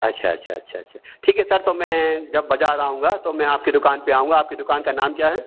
अच्छा अच्छा अच्छा अच्छा ठीक है सर तो मैं जब बाजार आऊँगा तो मैं आपकी दुकान पे आऊँगा आपकी दुकान का नाम क्या है